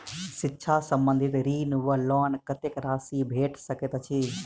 शिक्षा संबंधित ऋण वा लोन कत्तेक राशि भेट सकैत अछि?